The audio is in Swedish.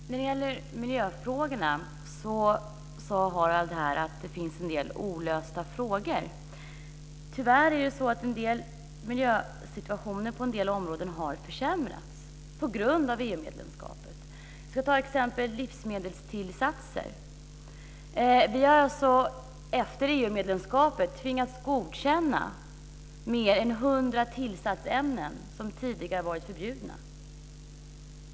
Herr talman! När det gäller miljöfrågorna sade Harald att det finns en del olösta frågor. Tyvärr har miljösituationen på en del områden försämrats på grund av EU-medlemskapet. Låt mig peka på exemplet livsmedelstillsatser. Vi har efter EU-inträdet tvingats godkänna mer än hundra tillsatsämnen som tidigare har varit förbjudna.